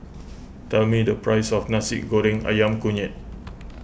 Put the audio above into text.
tell me the price of Nasi Goreng Ayam Kunyit